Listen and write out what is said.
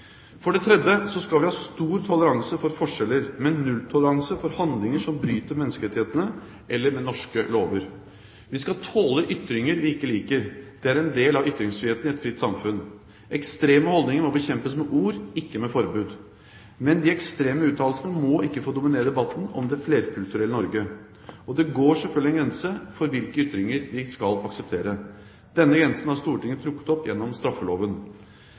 For det tredje skal vi ha stor toleranse for forskjeller, men nulltoleranse for handlinger som bryter menneskerettighetene eller bryter norske lover. Vi skal tåle ytringer vi ikke liker. Det er en del av ytringsfriheten i et fritt samfunn. Ekstreme holdninger må bekjempes med ord, ikke med forbud. Men de ekstreme uttalelsene må ikke få dominere debatten om det flerkulturelle Norge, og det går selvfølgelig en grense for hvilke ytringer vi skal akseptere. Denne grensen har Stortinget trukket opp gjennom straffeloven.